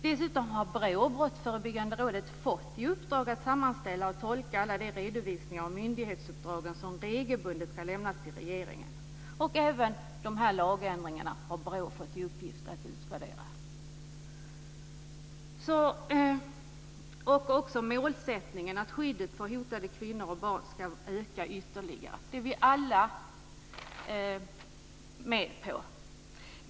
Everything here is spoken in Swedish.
Dessutom har BRÅ, Brottsförebyggande rådet, fått i uppdrag att sammanställa och tolka alla de redovisningar av myndighetsuppdrag som regelbundet ska lämnas till regeringen. BRÅ har fått i uppgift att utvärdera även de här lagändringarna. Målsättningen är att skyddet för hotade kvinnor och barn ska öka ytterligare. Det är vi alla med på.